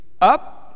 up